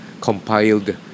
compiled